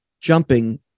jumping